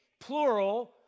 plural